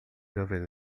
jovens